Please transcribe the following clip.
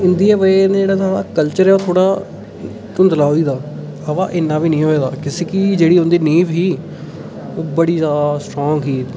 इं'दी वजह् कन्नै जेह्ड़ा साढ़ा कल्चर ऐ ओह् थोह्ड़ा धुंधला होई गेदा अबा इन्ना बी निं होए दा कि जेह्ड़ी उं'दी नींव ही ओह् बड़ी जैदा स्ट्रांग ही